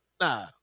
nah